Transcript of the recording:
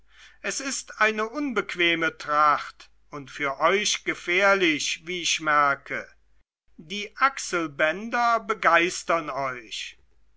es ist eine unbequeme tracht und für euch gefährlich wie ich merke die achselbänder begeistern euch